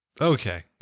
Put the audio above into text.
Okay